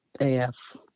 AF